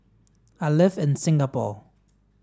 I live in Singapore